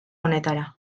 honetara